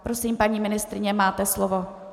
Prosím, paní ministryně, máte slovo.